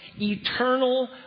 eternal